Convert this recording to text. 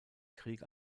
krieg